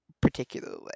particularly